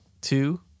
Two